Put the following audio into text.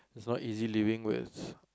it's not easy living with